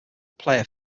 player